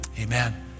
Amen